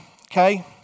okay